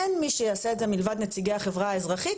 אין מי שיעשה את זה מלבד נציגי החברה האזרחית,